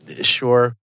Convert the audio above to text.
sure